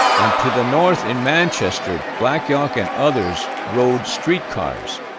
and to the north in manchester, black elk and others road streetcars.